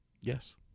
Yes